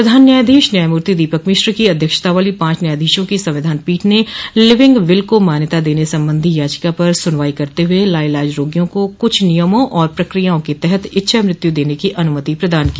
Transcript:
प्रधान न्यायाधीश न्यायमूर्ति दीपक मिश्र की अध्यक्षता वाली पांच न्यायाधीशों की संविधान पीठ ने लिविंग विल को मान्यता देने संबंधी याचिका पर सुनवाई करते हुए लाइलाज रोगियों को कुछ नियमों और प्रक्रियाओं के तहत इच्छा मृत्यु देने की अनुमति प्रदान की